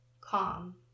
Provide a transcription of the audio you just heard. calm